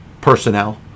personnel